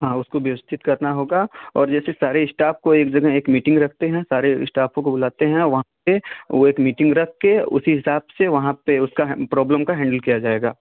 हाँ उसको व्यवस्थित करना होगा और जैसे सारे इस्टाफ़ को एक जगह एक मीटिंग रखते हैं सारे इस्टाफ़ों को बुलाते हैं वहाँ पर वो एक मीटिंग रख कर उसी हिसाब से वहाँ पर उसका प्रॉब्लम को हैंडल किया जाएगा